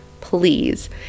Please